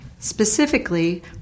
Specifically